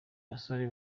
abasore